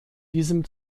diesem